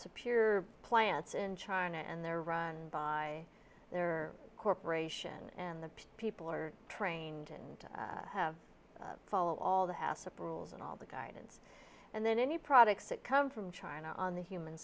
peer plants in china and they're run by their corporation and the people are trained and have follow all the hassle rules and all the guidance and then any products that come from china on the human